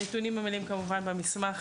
הנתונים המלאים נמצאים כמובן במסמך